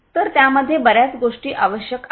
तर त्यामध्ये बर्याच गोष्टी आवश्यक आहेत